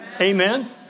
amen